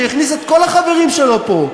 שהכניס את כל החברים פה,